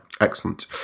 excellent